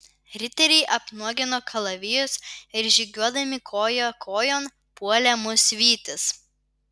riteriai apnuogino kalavijus ir žygiuodami koja kojon puolė mus vytis